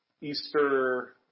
Easter